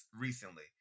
Recently